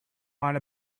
want